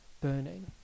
burning